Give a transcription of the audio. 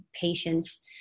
patients